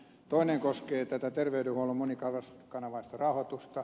toinen koskee terveydenhuollon monikanavaista rahoitusta